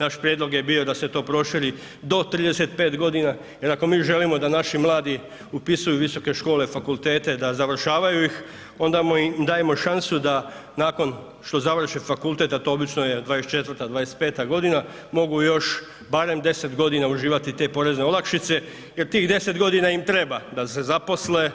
Naš prijedlog je bio da se to proširi do 35 godina jer ako mi želimo da naši mladi upisuju visoke škole, fakultete, da završavaju ih, onda im dajemo šansu da nakon što završe fakultet, a to je obično je 24., 25. godina mogu još barem 10 godina uživati te porezne olakšice jer tih 10 godina im treba da se zaposle,